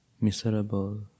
miserable